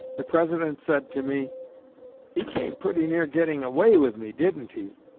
the president said to me he came pretty near getting away with me, didn't he?